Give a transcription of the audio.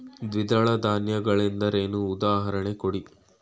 ದ್ವಿದಳ ಧಾನ್ಯ ಗಳೆಂದರೇನು, ಉದಾಹರಣೆ ಕೊಡಿ?